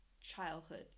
childhood